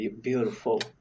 Beautiful